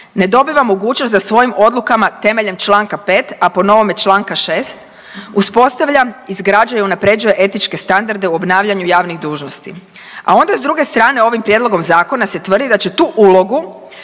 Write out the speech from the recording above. ne dobiva mogućnost da svojim odlukama temeljem čl. 5., a po novom čl. 6., uspostavlja, izgrađuje i unaprjeđuje etičke standarde u obnavljanju javnih dužnosti. A onda s druge strane ovim prijedlogom zakona se tvrdi da će tu ulogu